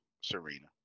Serena